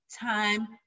time